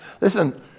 Listen